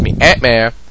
Ant-Man